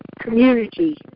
community